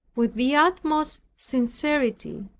with the utmost sincerity,